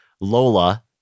Lola